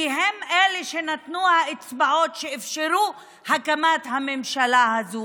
כי הם שנתנו האצבעות שאפשרו הקמת הממשלה הזו.